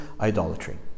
idolatry